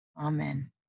Amen